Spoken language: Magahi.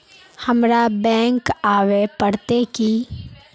हमरा बैंक आवे पड़ते की?